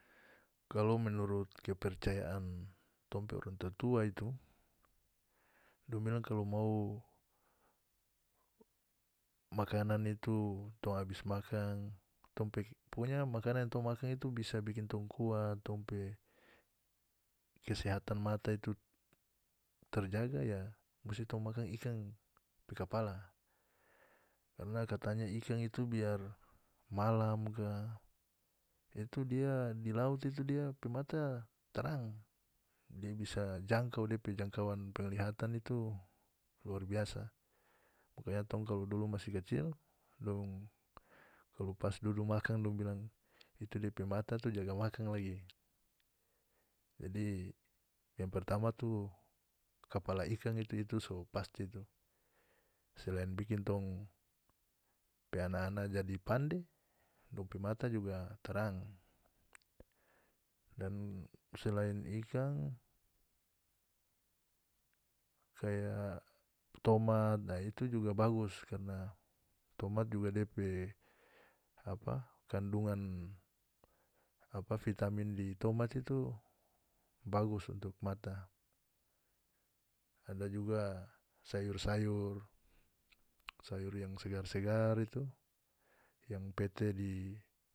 Kalu menurut kepercayaan tong pe orang tua-tua itu dong bilang kalu mau makanan itu tong abis makan tong pe pokonya makanan yang tong makan itu bisa tong kuat tong pe kesehatan mata itu terjaga ya musti tong makan ikan pe kapala karna katanya ikan itu biar malam kah itu dia di laut itu dia pe mata tarang dia bisa jangkau dia pe jangkauan penglihatan itu luar biasa makanya tong kalu dulu masih kacil dong kalu pas dudu makan dong bilang itu depe mata tu jaga makan lagi jadi yang pertama tu kapala ikan itu itu so pasti itu selain bikin tong pe ana-ana jadi pande dong pe mata juga tarang dan selain ikan kaya tomat a itu juga bagus karna tomat juga depe apa kandungan apa vitamin di tomat itu bagus untuk mata ada juga sayur-sayur sayur yang segar-segar itu yang pete di.